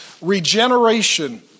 Regeneration